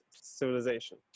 civilization